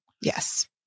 Yes